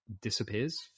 disappears